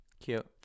Cute